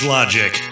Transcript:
Logic